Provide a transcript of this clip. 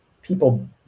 People